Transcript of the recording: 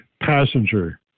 passenger